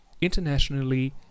internationally